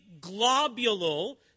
globule